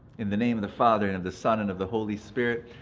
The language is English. in the name of the father, and of the son, and of the holy spirit.